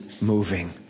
moving